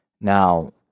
Now